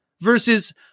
versus